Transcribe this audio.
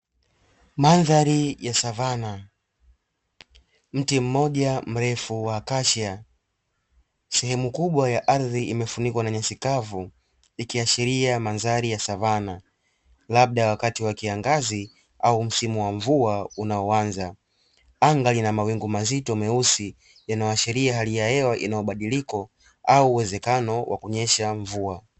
Mandhari ya savana, mti mmoja mrefu wa kashia(cashier), sehemu kubwa ya ardhi imefunikwa na nyasi kavu ikiashiria mandhari ya savana, labda wakati wa kiangazi au msimu wa mvua mazito meusi yanaashiria hali ya hewa inayobadilika au uwezekano wa kunyesha mvua.